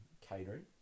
catering